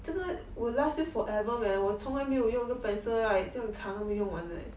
这个 will last you forever meh when 我从来没有用一个 pencil right 这样长都没有用完 leh